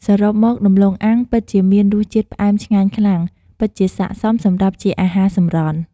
សរុបមកដំឡូងអាំងពិតជាមានរសជាតិផ្អែមឆ្ងាញ់ខ្លាំង ពិតជាសាកសមសម្រាប់ជាអាហារសម្រន់។